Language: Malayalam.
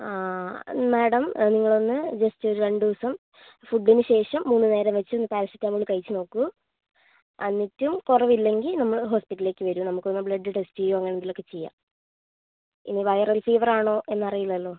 ആ മേഡം നിങ്ങളൊന്ന് ജസ്റ്റൊരു രണ്ടിവസം ഫുഡ്ഡിനു ശേഷം മൂന്നു നേരം വച്ച് ഒന്ന് പാരസെറ്റാമോൾ കഴിച്ചു നോക്കൂ എന്നിട്ടും കുറവില്ലെങ്കിൽ നമ്മളുടെ ഹോസ്പിറ്റലിലേക്ക് വരൂ നമുക്കൊന്ന് ബ്ലഡ് ടെസ്റ്റ് ചെയ്യുകയോ അങ്ങനെ എന്തെങ്കിലുമൊക്കെ ചെയ്യാം ഇനി വൈറൽ ഫീവർ ആണോ എന്നറിയില്ലല്ലോ